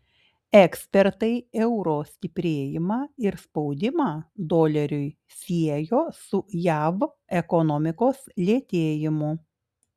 ekspertai euro stiprėjimą ir spaudimą doleriui siejo su jav ekonomikos lėtėjimu